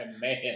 Man